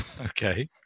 Okay